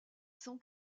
san